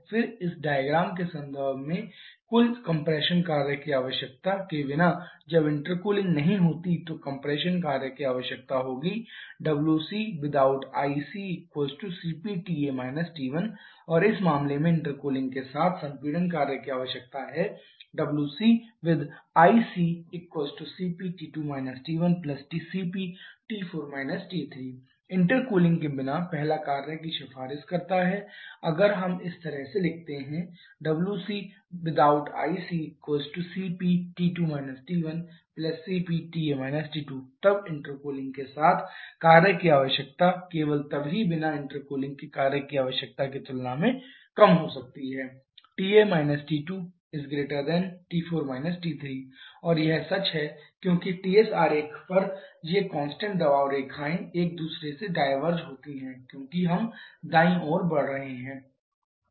फिर इस डायग्राम के संदर्भ में कुल कंप्रेशन कार्य की आवश्यकता के बिना जब इंटरकूलिंग नहीं होती है तो कंप्रेशन कार्य की आवश्यकता होगी wcwithout ICcpTA T1 और इस मामले में इंटरकूलिंग के साथ संपीड़न कार्य की आवश्यकता है wcwith ICcpT2 T1cpT4 T3 intercooling के बिना पहला कार्य की सिफारिश करता है अगर हम इस तरह से लिखते हैं wcwithout ICcpT2 T1cpTA T2 तब इंटरकूलिंग के साथ कार्य की आवश्यकता केवल तब ही बिना इंटरकूलिंग के कार्य की आवश्यकता की तुलना में कम हो सकती है TA T2T4 T3 और यह सच है क्योंकि Ts आरेख पर ये कांस्टेंट दबाव रेखाएं एक दूसरे से डायवर्ज होती हैं क्योंकि हम दाईं ओर बढ़ रहे हैं